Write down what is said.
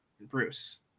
Bruce